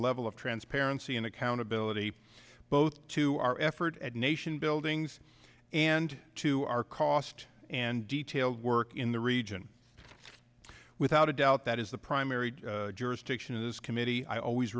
level of transparency and accountability both to our effort at nation buildings and to our cost and detailed work in the region without a doubt that is the primary jurisdiction of this committee i always